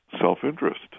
self-interest